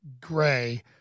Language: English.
Gray